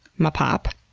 my pop.